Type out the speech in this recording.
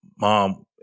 mom